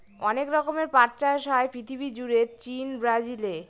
অনেক রকমের পাট চাষ হয় পৃথিবী জুড়ে চীন, ব্রাজিলে